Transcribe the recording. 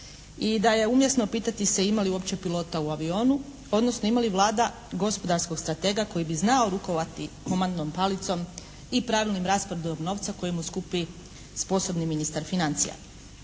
i da je umjesno pitati se ima li uopće pilota u avionu odnosno ima li Vlada gospodarskog stratega koji bi znao rukovati komandnom palicom i pravilnom raspodjelom novca koji mi skupi sposobni ministar financija.